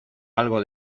algo